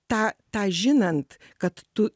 tą tą žinant kad tu